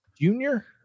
Junior